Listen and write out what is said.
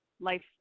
life